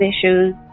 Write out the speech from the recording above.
issues